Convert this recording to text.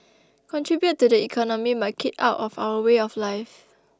contribute to the economy but keep out of our way of life